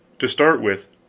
to start with,